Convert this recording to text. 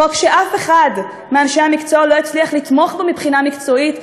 חוק שאף אחד מאנשי המקצוע לא הצליח לתמוך בו מבחינה מקצועית,